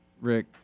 Rick